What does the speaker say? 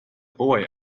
boy